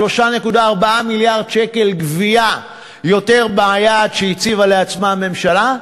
3.4 מיליארד שקל גבייה יותר מהיעד שהציבה לעצמה הממשלה.